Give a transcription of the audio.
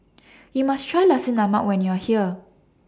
YOU must Try Nasi Lemak when YOU Are here